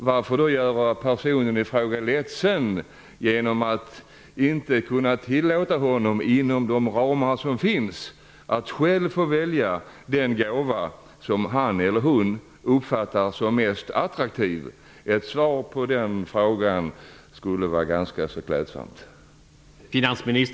Varför då göra personen i fråga ledsen genom att inte tillåta vederbörande att inom vissa ramar själv få välja den gåva som han eller hon uppfattar som mest attraktiv? Ett svar på den frågan skulle vara ganska klädsamt.